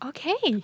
Okay